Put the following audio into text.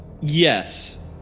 yes